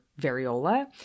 variola